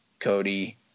Cody